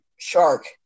Shark